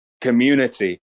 community